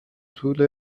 طول